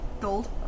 gold